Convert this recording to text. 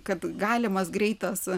kad galimas greitas